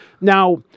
Now